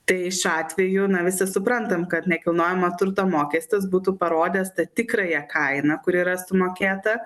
tai šiuo atveju na visi suprantam kad nekilnojamo turto mokestis būtų parodęs tą tikrąją kainą kuri yra sumokėta